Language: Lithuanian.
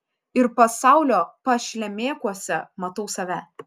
ir pasaulio pašlemėkuose matau save